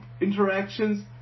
interactions